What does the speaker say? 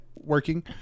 working